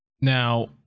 Now